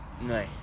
No